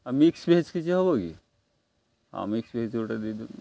ଆଉ mix veg କିଛି ହବ କି ହଁ ମିକ୍ସ ଭେଜ୍ ଗୋଟେ ଦେଇଦିଅନ୍ତୁ